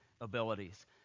abilities